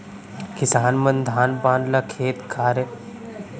किसान मन धान पान ल खेत खार ले भारा बांध के भैंइसा गाड़ा म बरोबर भर के कोठार म लानथें